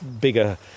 bigger